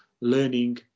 learning